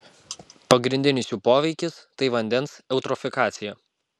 pagrindinis jų poveikis tai vandens eutrofikacija